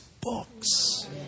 books